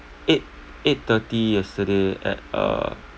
eight eight thirty yesterday at uh